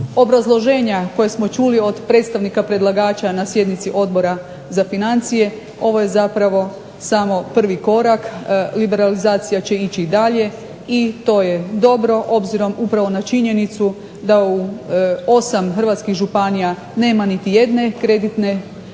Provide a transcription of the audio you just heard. obrazloženja koje smo čuli od predstavnika predlagača na sjednici Odbora za financije ovo je zapravo samo prvi korak, liberalizacija će ići i dalje. I to je dobro obzirom upravo na činjenicu da u 8 hrvatskih županija nema niti jedne kreditne